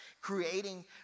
creating